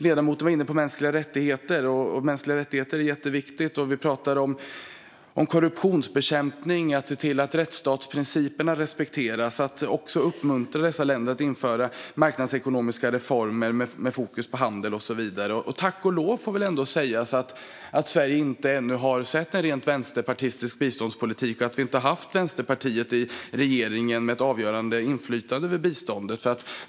Ledamoten var inne på mänskliga rättigheter, och mänskliga rättigheter är något jätteviktigt. Vi pratar om korruptionsbekämpning och att se till att rättsstatens principer respekteras och om att uppmuntra dessa länder att införa marknadsekonomiska reformer med fokus på handel och så vidare. Tack och lov, får väl ändå sägas, att Sverige ännu inte har sett en rent vänsterpartistisk biståndspolitik och att vi inte har haft Vänsterpartiet i regering, med ett avgörande inflytande över biståndet!